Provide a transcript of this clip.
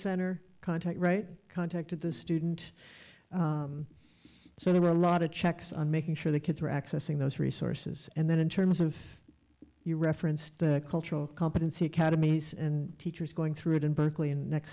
center contact right contacted the student so there were a lot of checks on making sure the kids were accessing those resources and then in terms of you referenced the cultural competency academies and teachers going through it in berkeley